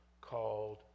called